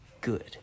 good